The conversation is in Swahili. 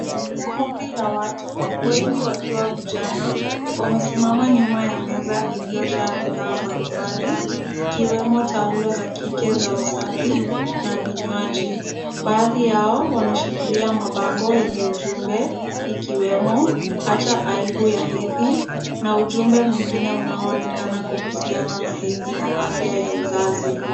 Kundi la watu wengi wakiwa vijana, wamesimama nyuma ya meza iliyojaa bidhaa mbalimbali, ikiwemo taulo za kike za usafi na vinywaji. Baadhi yao wanashikilia mabango yenye ujumbe ikiwemo acha aibu ya hedhi na ujumbe mwingine unaoonekana kuhusiana na hedhi na afya ya uzazi.